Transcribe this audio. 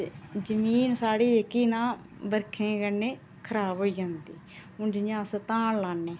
ते जमीन स्हाड़ी इक्क ना बर्खें कन्नै खराब होई जंदी हुन जियां अस धान लाने